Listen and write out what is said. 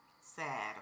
sad